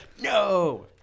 No